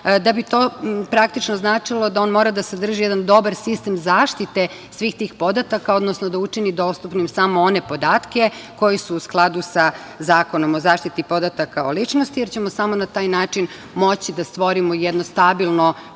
da bi to praktično značilo da on mora da sadrži jedan dobar sistem zaštite svih tih podataka, odnosno da učini dostupnim samo one podatke koji su u skladu sa Zakonom o zaštiti podataka o ličnosti, jer ćemo samo na taj način moći da stvorimo jedno stabilno